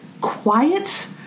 quiet